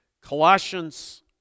Colossians